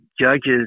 judges